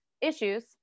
issues